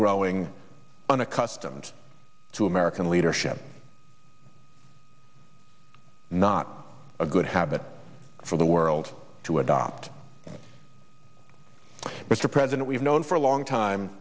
growing unaccustomed to american leadership not a good habit for the world to adopt mr president we've known for a long time